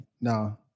no